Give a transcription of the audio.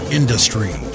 industry